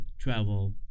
travel